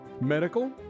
medical